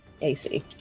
AC